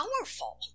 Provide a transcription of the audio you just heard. powerful